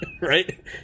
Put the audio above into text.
right